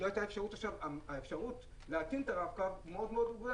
לא הייתה אפשרות האפשרות להטעין את הרב-קו מאוד ---.